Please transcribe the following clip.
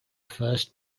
first